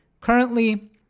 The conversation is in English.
Currently